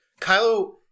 Kylo